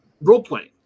role-playing